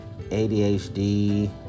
ADHD